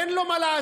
אין לו מה לעשות,